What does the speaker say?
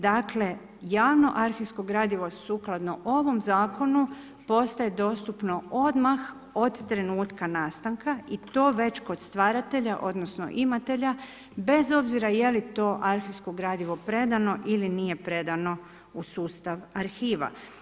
Dakle, javno arhivsko gradivo sukladno ovom Zakonu postaje dostupno odmah od trenutka nastanka i to već kod stvaratelja odnosno imatelja bez obzira je li to arhivsko gradivo predano ili nije predano u sustav arhiva.